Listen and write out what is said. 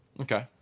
Okay